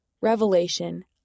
Revelation